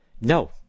No